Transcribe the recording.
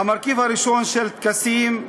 המרכיב הראשון, של טקסים,